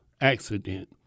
accident